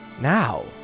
Now